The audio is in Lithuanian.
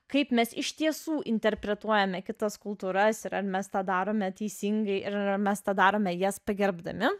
kaip mes iš tiesų interpretuojame kitas kultūras ir ar mes tą darome teisingai ir ar mes tą darome jas pagerbdami